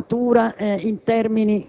irenico, del rapporto uomo‑natura in termini